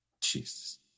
Jesus